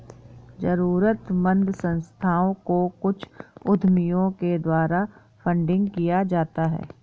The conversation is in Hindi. जरूरतमन्द संस्थाओं को कुछ उद्यमियों के द्वारा फंडिंग किया जाता है